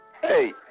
Hey